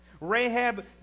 Rahab